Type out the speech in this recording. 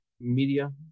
media